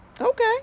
Okay